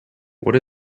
what